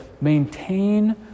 maintain